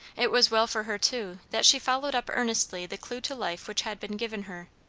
it was well for her, too, that she followed up earnestly the clue to life which had been given her.